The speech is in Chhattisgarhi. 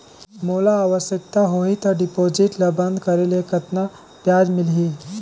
मोला आवश्यकता होही त डिपॉजिट ल बंद करे ले कतना ब्याज मिलही?